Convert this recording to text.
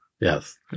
Yes